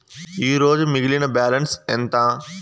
ఈరోజు మిగిలిన బ్యాలెన్స్ ఎంత?